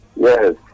Yes